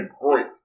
great